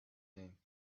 thing